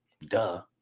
duh